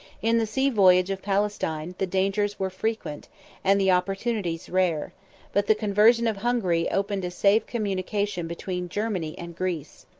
in the sea-voyage of palestine, the dangers were frequent and the opportunities rare but the conversion of hungary opened a safe communication between germany and greece.